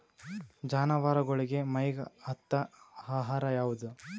ಜಾನವಾರಗೊಳಿಗಿ ಮೈಗ್ ಹತ್ತ ಆಹಾರ ಯಾವುದು?